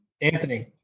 Anthony